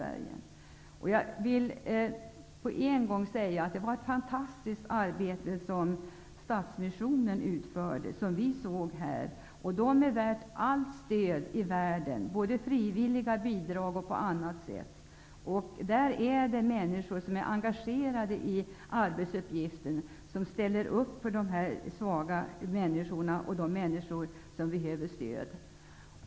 Stadsmissionen uträttar ett fantastiskt arbete och är värd allt stöd i världen, både frivilliga bidrag och stöd på annat sätt. Inom Stadsmissionen finns det människor som är engagerade i sina arbetsuppgifter. De ställer upp för de svaga människorna och för dem som behöver stöd.